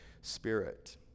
spirit